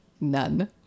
none